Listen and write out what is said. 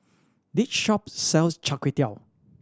this shop sells Char Kway Teow